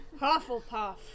Hufflepuff